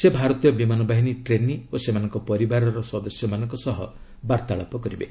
ସେ ଭାରତୀୟ ବିମାନ ବାହିନୀ ଟ୍ରେନି ଓ ସେମାନଙ୍କ ପରିବାରର ସଦସ୍ୟମାନଙ୍କ ସହ ବାର୍ତ୍ତାଳାପ କରିବେ